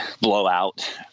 blowout